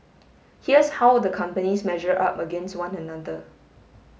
here's how the companies measure up against one another